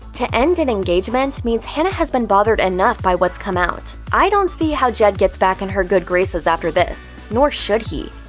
to end an engagement means hannah has been bothered enough by what's come out. out. i don't see how jed gets back in her good graces after this. nor should he.